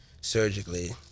surgically